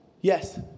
yes